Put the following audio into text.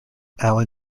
alan